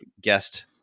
guest